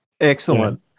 excellent